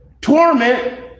torment